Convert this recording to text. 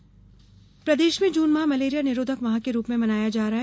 malaria माह प्रदेश में जून माह मलेरिया निरोधक माह के रूप में मनाया जा रहा है